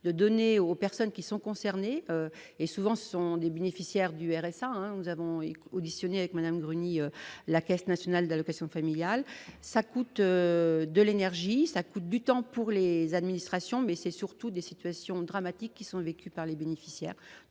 de donner aux personnes qui sont concernées et souvent ce sont des bénéficiaires du RSA, nous avons été auditionné avec Madame Bruni, la Caisse nationale d'allocations familiales, ça coûte de l'énergie, ça coûte du temps pour les administrations, mais c'est surtout des situations dramatiques qui sont vécues par les bénéficiaires,